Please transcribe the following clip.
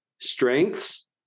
strengths